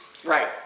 Right